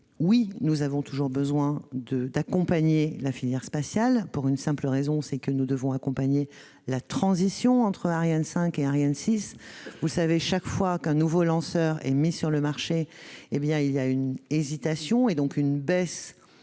Oui, nous avons toujours besoin d'accompagner la filière spatiale, pour la simple raison que nous devons accompagner la transition entre Ariane 5 et Ariane 6. Chaque fois qu'un nouveau lanceur est mis sur le marché, il y a une hésitation et donc une baisse